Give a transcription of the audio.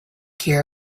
care